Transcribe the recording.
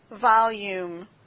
volume